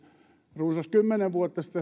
runsas kymmenen vuotta